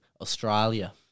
Australia